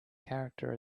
character